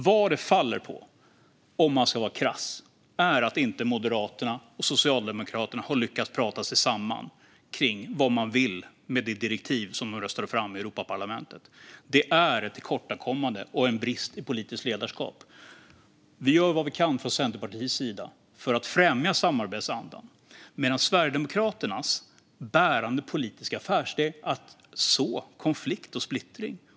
Vad det krasst faller på är att Moderaterna och Socialdemokraterna inte har lyckats prata ihop sig om vad de vill med det direktiv de röstade fram i Europaparlamentet. Det är ett tillkortakommande och en brist på politiskt ledarskap. Centerpartiet gör vad det kan för att främja samarbetsandan. Men Sverigedemokraternas bärande politiska affärsidé är att skapa konflikt och splittring.